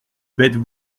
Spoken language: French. bêtes